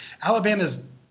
Alabama's